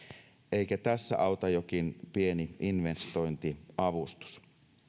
eikä tässä auta jokin pieni investointiavustus